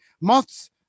Moths